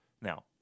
Now